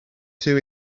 two